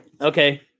Okay